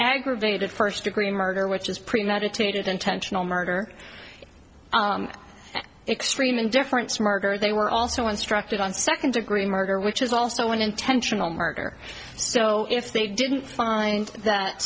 aggravated first degree murder which is premeditated intentional murder extreme indifference smarter they were also instructed on second degree murder which is also an intentional murder so if they didn't find that